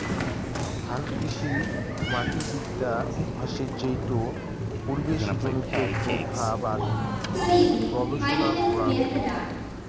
হালকৃষিমাটিবিদ্যা হসে যেইটো পরিবেশজনিত প্রভাব আদি গবেষণা করাং হই